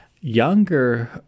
Younger